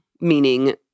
meaning